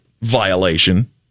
violation